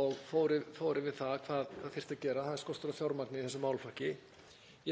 og fór yfir það hvað þyrfti að gera. Það er skortur á fjármagni í þessum málaflokki.